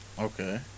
Okay